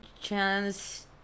chance